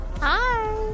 hi